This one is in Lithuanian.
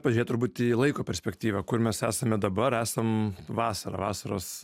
pažiūrėt turbūt į laiko perspektyvą kur mes esame dabar esam vasarą vasaros